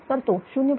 तर तो 0